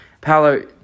Paolo